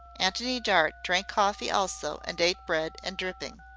antony dart drank coffee also and ate bread and dripping.